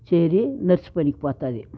చేరి నర్సు పనికి పోతుంది